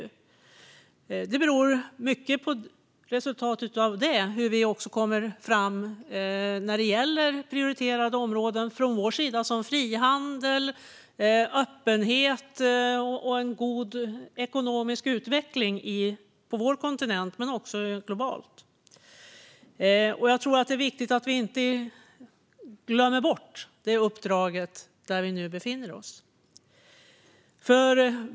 Resultatet beror mycket på hur vi kommer framåt när det gäller områden som är prioriterade för oss, såsom frihandel, öppenhet och en god ekonomisk utveckling på vår kontinent men också globalt. Det är viktigt att vi inte glömmer bort detta uppdrag där vi befinner oss nu.